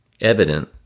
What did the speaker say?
evident